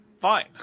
fine